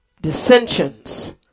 dissensions